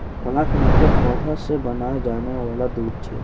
plant milk पौधा से बनाया जाने वाला दूध छे